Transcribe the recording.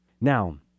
Now